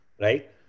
right